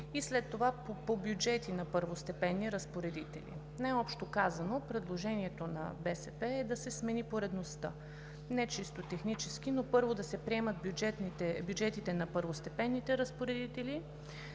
и след това по бюджети на първостепенни разпоредители. Най-общо казано предложението на БСП е да се смени поредността – не чисто технически, но първо да се приемат бюджетите на първостепенните разпоредители,